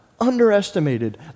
underestimated